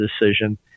decision